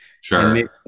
Sure